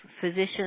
physicians